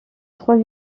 trois